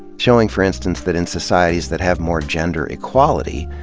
showing, for instance, that in societies that have more gender equality,